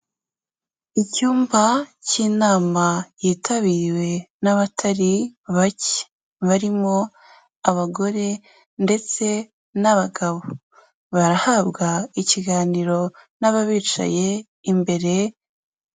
Icyumba cy'inama yitabiriwe n'abatari bake, barimo abagore ndetse n'abagabo, barahabwa ikiganiro n'ababicaye imbere.